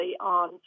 on